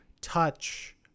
touch